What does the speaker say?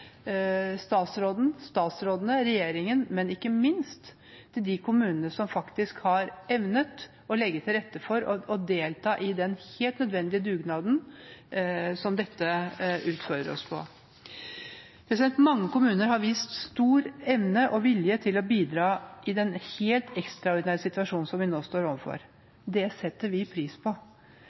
statsrådene, regjeringen, og ikke minst til de kommunene som faktisk har evnet å legge til rette for og delta i den helt nødvendige dugnaden som dette utfordrer oss på. Mange kommuner har vist stor evne og vilje til å bidra i den helt ekstraordinære situasjonen som vi nå står overfor. Det setter vi pris på.